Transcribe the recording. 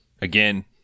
again